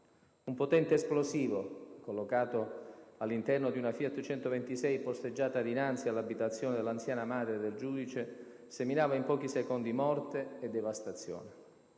Un potente esplosivo, collocato all'interno di una FIAT 126 posteggiata dinanzi all'abitazione dell'anziana madre del giudice, seminava in pochi secondi morte e devastazione.